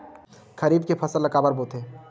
खरीफ के फसल ला काबर बोथे?